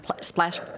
splash